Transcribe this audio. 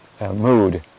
mood